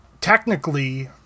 technically